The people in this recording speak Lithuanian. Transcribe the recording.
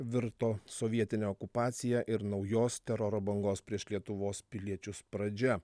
virto sovietine okupacija ir naujos teroro bangos prieš lietuvos piliečius pradžia